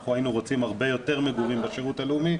אנחנו היינו רוצים הרבה יותר מגורים בשירות הלאומי,